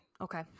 Okay